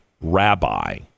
rabbi